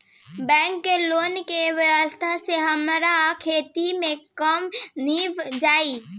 bank के loan के व्यवस्था से हमार खेती के काम नीभ जाई